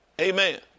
Amen